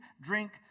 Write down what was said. drink